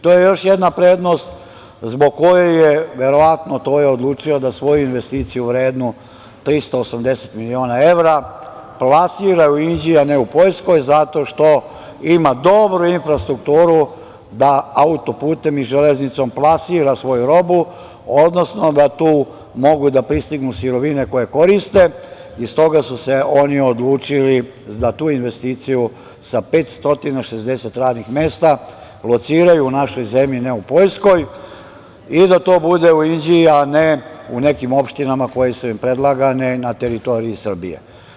To je još jedna prednost zbog koje je, verovatno to je odlučio da svoju investiciju vrednu 380 miliona evra plasira u Inđiji, a ne u Poljskoj zato što ima dobru infrastrukturu da autoputem i železnicom plasira svoju robu, odnosno da tu mogu da pristignu sirovine koje koriste, i stoga su se oni odlučili za tu investiciju sa 560 radnih mesta lociraju u našoj zemlji, ne u Poljskoj i da to bude u Inđiji a ne u nekim opštinama koje su im predlagane na teritoriji Srbije.